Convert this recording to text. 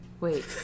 Wait